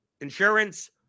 insurance